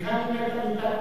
אחרי רצח רבין.